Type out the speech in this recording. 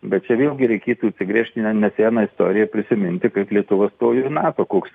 bet čia vėlgi reikėtų atsigręžt į ne neseną istoriją prisiminti kaip lietuva stojo į nato koks